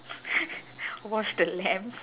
wash the lamps